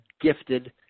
gifted